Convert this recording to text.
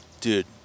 dude